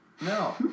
No